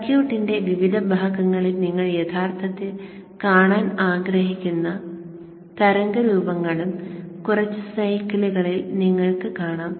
സർക്യൂട്ടിന്റെ വിവിധ ഭാഗങ്ങളിൽ നിങ്ങൾ യഥാർത്ഥത്തിൽ കാണാൻ ആഗ്രഹിക്കുന്ന തരംഗ രൂപങ്ങളും കുറച്ച് സൈക്കിളുകളിൽ നിങ്ങൾക്ക് കാണാം